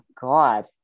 God